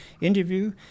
Interview